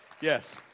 Yes